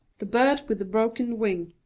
the bird with the broken wing